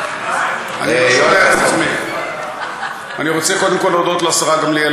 אני רוצה קודם כול להודות לשרה גמליאל,